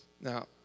Now